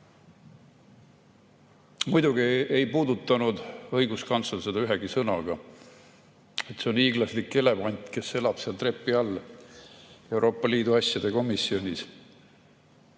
Muidugi ei puudutanud õiguskantsler seda ühegi sõnaga. See on hiiglaslik elevant, kes elab seal trepi all Euroopa Liidu asjade